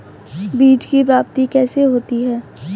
बीज की प्राप्ति कैसे होती है?